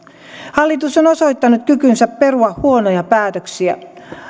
hallitus on osoittanut kykynsä perua huonoja päätöksiä